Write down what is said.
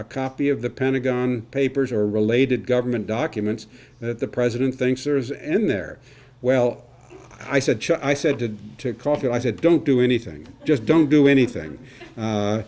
a copy of the pentagon papers or related government documents that the president thinks there's an in there well i said i said to crawford i said don't do anything just don't do anything